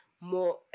more